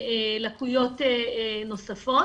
לקויות נוספות.